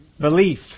Belief